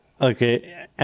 Okay